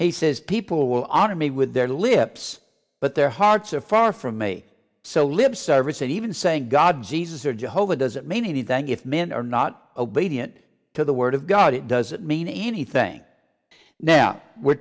he says people will honor me with their lips but their hearts are far from me so lip service and even saying god jesus or jehovah doesn't mean anything if men are not obedient to the word of god it doesn't mean anything now we're